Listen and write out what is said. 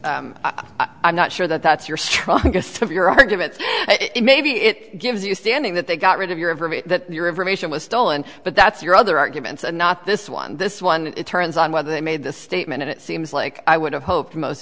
guess i'm not sure that that's your strongest of your arguments maybe it gives you standing that they got rid of your of your information was stolen but that's your other arguments and not this one this one turns on whether i made the statement it seems like i would have hoped most